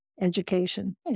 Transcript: education